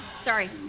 Sorry